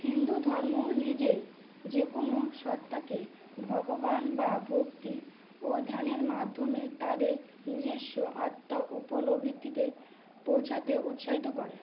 হিন্দুধর্ম নিজেই যেকোনো সত্তাকে ভগবান বা ভক্তি ও ধ্যানের মাধ্যমে তাদের নিজেস্ব আত্মা পৌঁছাতে উৎসাহিত করে